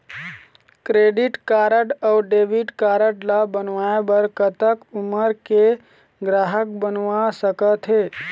Credit card अऊ debit card ला बनवाए बर कतक उमर के ग्राहक बनवा सका थे?